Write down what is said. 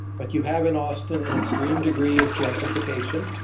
but you have in austin an extreme degree of gentrification,